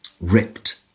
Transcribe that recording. ripped